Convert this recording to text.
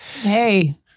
Hey